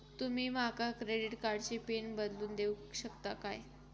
तुमी माका क्रेडिट कार्डची पिन बदलून देऊक शकता काय?